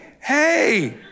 hey